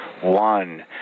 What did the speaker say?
one